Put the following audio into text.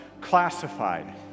classified